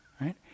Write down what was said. right